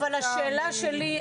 אבל השאלה שלי,